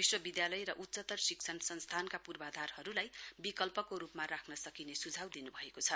विश्वविधालय र उच्चतर शिक्षम संस्थानका पूर्वाधारहरुलाई विकल्पको रुपमा राख्न सकिने सुझाउ दिनुभएको छ